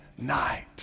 night